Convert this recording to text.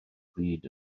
pryd